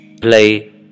play